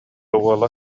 уола